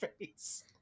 face